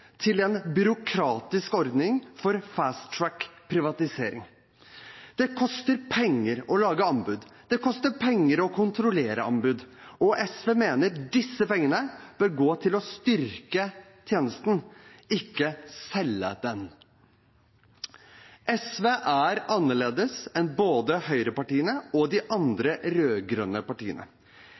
til en byråkratisk ordning for «fast track»-privatisering. Det koster penger å lage anbud, det koster penger å kontrollere anbud, og SV mener disse pengene bør gå til å styrke tjenesten, ikke selge den. SV er annerledes enn både høyrepartiene og de andre rødgrønne partiene.